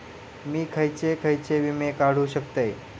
मी खयचे खयचे विमे काढू शकतय?